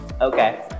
okay